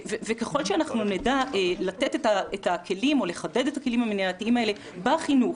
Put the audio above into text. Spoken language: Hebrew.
ככל שאנחנו נדע לחדד את הכלים המניעתיים האלה בחינוך,